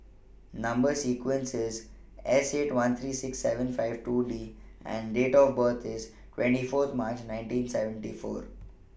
Number sequence IS S eight one three six seven five two D and Date of birth IS twenty Fourth March nineteen seventy four